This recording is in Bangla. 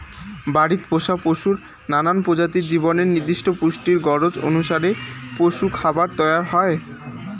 বাড়িত পোষা পশুর নানান প্রজাতির জীবনের নির্দিষ্ট পুষ্টির গরোজ অনুসারে পশুরখাবার তৈয়ার হই